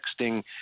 texting